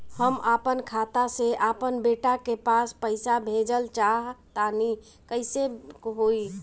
हम आपन खाता से आपन बेटा के पास पईसा भेजल चाह तानि कइसे होई?